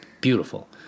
Beautiful